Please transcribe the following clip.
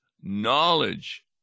knowledge